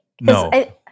No